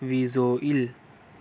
visual